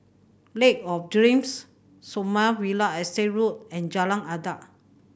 Lake of Dreams Sommerville Estate Road and Jalan Adat